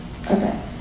Okay